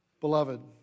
Beloved